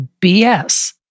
BS